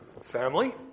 family